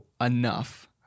enough